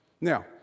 Now